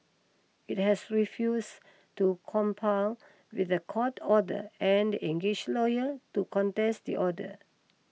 it has refused to comply with the court order and engaged lawyer to contest the order